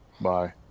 Bye